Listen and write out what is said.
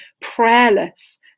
prayerless